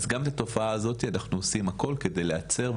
אז גם את התופעה הזו אנחנו עושים הכל כדי להצר,